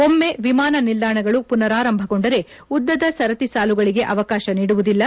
ಒಮ್ಮ ವಿಮಾನ ನಿಲ್ದಾಣಗಳು ಮನರಾರಂಭಗೊಂಡರೆ ಉದ್ದದ ಸರತಿ ಸಾಲುಗಳಿಗೆ ಅವಕಾಶ ನೀಡುವುದಿಲ್ಲ